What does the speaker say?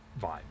vibe